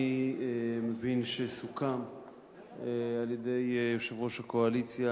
אני מבין שסוכם על-ידי יושב-ראש הקואליציה